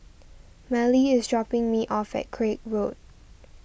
Mallie is dropping me off at Craig Road